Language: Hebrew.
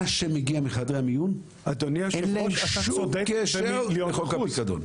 מה שמגיע מחדרי המיון אין להם שום קשר לחוק הפיקדון.